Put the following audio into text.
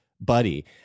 buddy